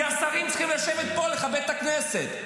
כי השרים צריכים לשבת פה, לכבד את הכנסת.